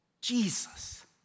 Jesus